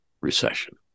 recession